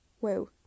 wow